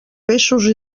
peixos